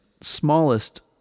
smallest